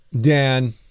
Dan